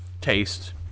taste